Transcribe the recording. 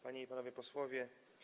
Panie i Panowie Posłowie!